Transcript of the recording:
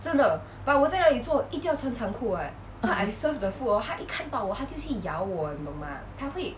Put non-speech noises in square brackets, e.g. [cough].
[breath]